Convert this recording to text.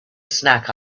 snack